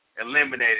eliminated